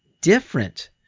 different